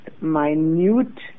minute